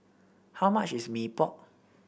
how much is Mee Pok